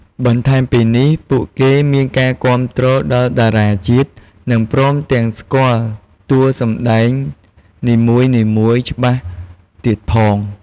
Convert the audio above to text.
បន្ថែមពីនេះ ពួកគេមានការគាំទ្រដល់តារាជាតិ និងព្រមទាំងស្គាល់តួសម្ដែងនីមួយៗច្បាស់ទៀតផង។